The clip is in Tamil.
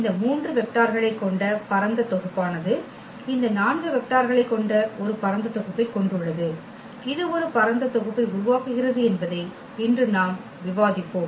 இந்த 3 வெக்டார்களைக் கொண்ட பரந்த தொகுப்பானது இந்த 4 வெக்ட்டார்களைக் கொண்ட ஒரு பரந்த தொகுப்பைக் கொண்டுள்ளது இது ஒரு பரந்த தொகுப்பை உருவாக்குகிறது என்பதை இன்று நாம் விவாதிப்போம்